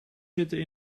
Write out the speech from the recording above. zitten